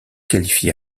qualifie